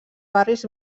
barris